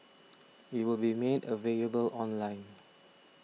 it will be made available online